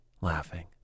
laughing